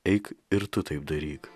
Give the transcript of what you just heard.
eik ir tu taip daryk